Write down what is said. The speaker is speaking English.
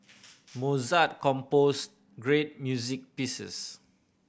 Mozart composed great music pieces